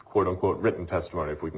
quote unquote written testimony if we can